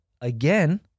again